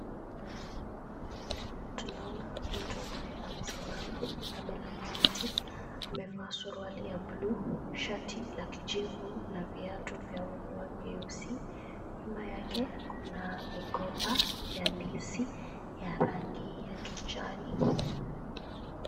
Tunaona mtu ambaye amesimama amelalia mti. Amevaa suruali ya bluu, shati la kijivu na viatu vyeusi. Nyuma yake kuna migomba ya ndizi ya rangi ya kijani.